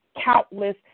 countless